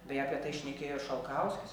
beje apie tai šnekėjo ir šalkauskis